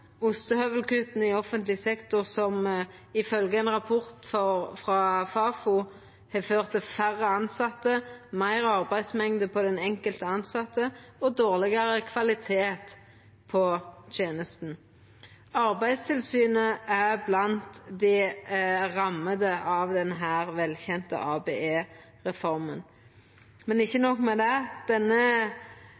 i offentleg sektor, som ifølgje ein rapport frå Fafo har ført til færre tilsette, større arbeidsmengd for den enkelte tilsette og dårlegare kvalitet på tenesta. Arbeidstilsynet er blant dei ramma av denne velkjende ABE-reforma. Men ikkje